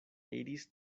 iris